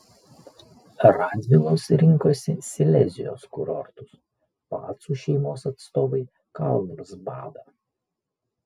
radvilos rinkosi silezijos kurortus pacų šeimos atstovai karlsbadą